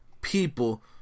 people